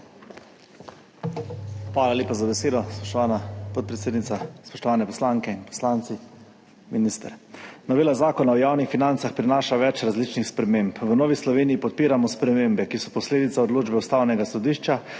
Hvala lepa za besedo, spoštovana podpredsednica. Spoštovane poslanke in poslanci, minister! Novela Zakona o javnih financah prinaša več različnih sprememb. V Novi Sloveniji podpiramo spremembe, ki so posledica odločbe Ustavnega sodišča